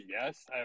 yes